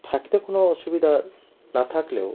থাকতে কোনো অসুবিধা না থাকলেও